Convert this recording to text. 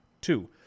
two